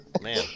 Man